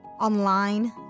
online